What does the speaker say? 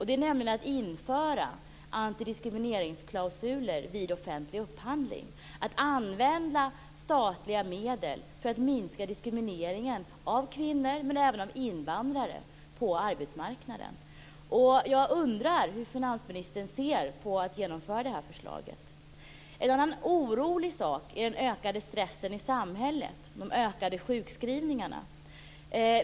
Det handlar då om att införa antidiskrimineringsklausuler vid offentlig upphandling, om att använda statliga medel för att minska diskrimineringen av kvinnor och även av invandrare på arbetsmarknaden. Jag undrar hur finansministern ser på ett genomförande av det här förslaget. En annan oroande sak är den ökade stressen i samhället och de ökade sjukskrivningarna.